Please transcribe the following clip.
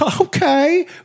Okay